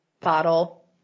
bottle